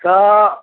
तऽ